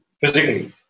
physically